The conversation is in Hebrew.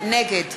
נגד